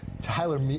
Tyler